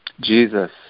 Jesus